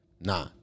Nah